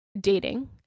dating